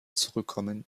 zurückkommen